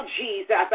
Jesus